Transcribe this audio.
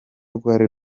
rwari